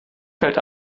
fällt